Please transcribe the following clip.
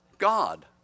God